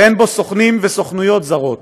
ואין בו סוכנים וסוכנויות זרות.